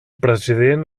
president